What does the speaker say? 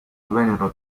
vennero